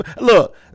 Look